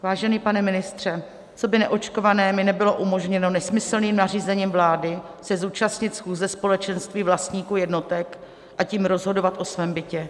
Vážený pane ministře, coby neočkované mi nebylo umožněno nesmyslným nařízením vlády se zúčastnit schůze společenství vlastníků jednotek, a tím rozhodovat o svém bytě.